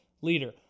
leader